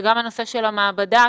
וגם נושא המעבדה,